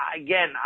again